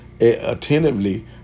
attentively